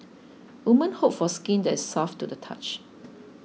women hope for skin that is soft to the touch